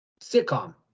sitcom